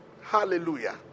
Hallelujah